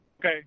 Okay